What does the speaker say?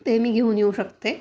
ते मी घेऊन येऊ शकते